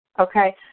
okay